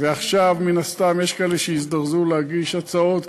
ועכשיו מן הסתם יש כאלה שיזדרזו להגיש הצעות,